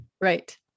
Right